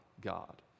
God